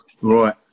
Right